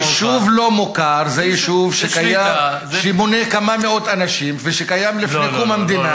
יישוב לא מוכר זה יישוב שמונה כמה מאות אנשים וקיים מלפני קום המדינה,